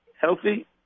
healthy